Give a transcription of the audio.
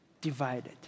divided